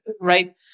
right